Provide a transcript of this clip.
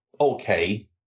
okay